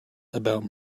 about